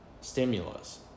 stimulus